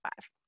five